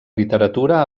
literatura